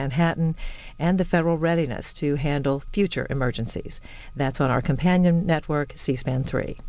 manhattan and the federal readiness to handle future emergencies that's on our companion network c span three